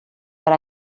per